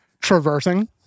traversing